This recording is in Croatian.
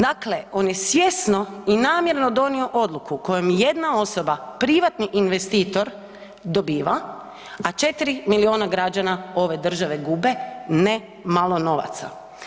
Dakle, on je svjesno i namjerno donio odluku kojom je jedna osoba, privatni investitor dobiva, a 4 miliona građana ove države gube, ne malo novaca.